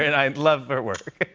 and i and love her work.